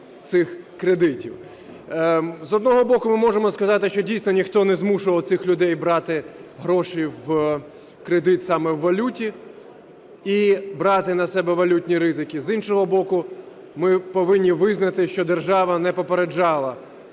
З одного боку, ми можемо сказати, що дійсно ніхто не змушував цих людей брати гроші в кредит саме у валюті і брати на себе валютні ризики. З іншого боку, ми повинні визнати, що держава не попереджала